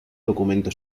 documento